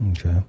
Okay